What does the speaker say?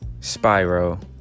Spyro